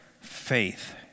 faith